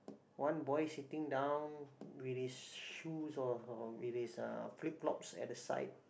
one boy sitting down with his shoes or or with his uh flip flops at the side